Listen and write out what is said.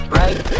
right